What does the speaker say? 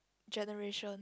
generation